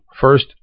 first